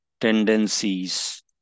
tendencies